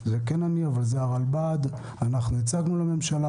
זה כן אני אבל זה הרלב"ד; אנחנו הצגנו לממשלה,